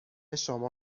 شما